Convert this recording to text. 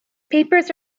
papers